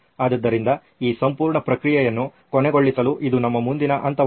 ಆದ್ದರಿಂದ ಈ ಸಂಪೂರ್ಣ ಪ್ರಕ್ರಿಯೆಯನ್ನು ಕೊನೆಗೊಳಿಸಲು ಇದು ನಮ್ಮ ಮುಂದಿನ ಹಂತವಾಗಿದೆ